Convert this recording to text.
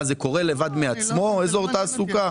זה קורה לבד מעצמו, אזור תעסוקה?